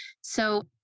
so-